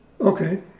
Okay